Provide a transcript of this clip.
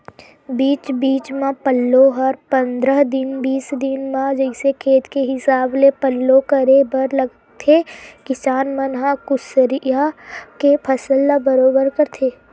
बीच बीच म पल्लो हर पंद्रह दिन बीस दिन म जइसे खेत के हिसाब ले पल्लो करे बर लगथे किसान मन ह कुसियार के फसल म बरोबर करथे